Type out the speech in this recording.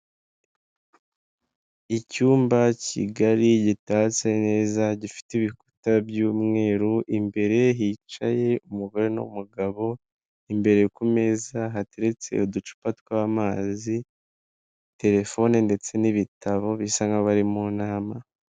Icyumba kigari gitatse neza gifite ibikuta by'umweru imbere hicaye umugore n'umugabo, imbere ku meza hateretse uducupa tw'amazi telefone ndetse n'ibitabo bisa nk'abari mu nama.